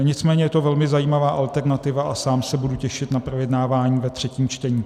Nicméně je to velmi zajímavá alternativa a sám se budu těšit na projednávání ve třetím čtení.